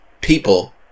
people